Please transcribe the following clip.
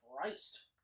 Christ